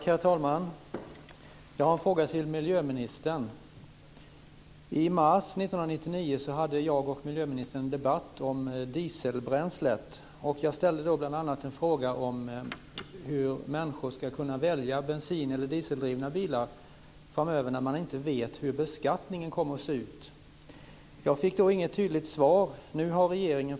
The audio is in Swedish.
Herr talman! Jag har en fråga till miljöministern. I mars 1999 hade jag och miljöministern en debatt om dieselbränslet. Jag ställde då bl.a. en fråga om hur människor ska kunna välja mellan bensin och dieseldrivna bilar framöver, när man inte vet hur beskattningen kommer att se ut. Jag fick då inget tydligt svar.